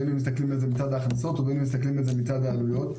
בין אם מסתכלים בזה בצד ההכנסות ובין אם מסתכלים בזה מצד העלויות.